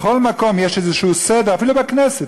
בכל מקום יש סדר כלשהו, אפילו בכנסת.